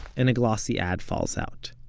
and a glossy ad falls out.